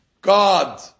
God